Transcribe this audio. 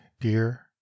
dear